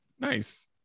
Nice